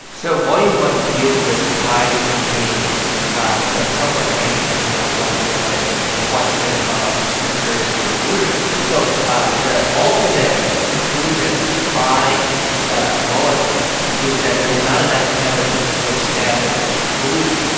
so volume one deals with ties between ah the trump campaign and the russian government and the question of conspiracy or collusion. so ah the ultimate conclusion by the mueller team is that there was not enough evidence to establish collusion.